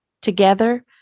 Together